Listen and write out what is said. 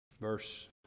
verse